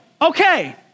okay